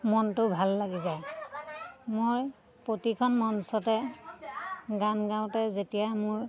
মনটো ভাল লাগি যায় মই প্ৰতিখন মঞ্চতে গান গাওঁতে যেতিয়া মোৰ